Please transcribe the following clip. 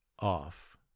off